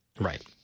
Right